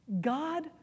God